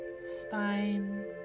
spine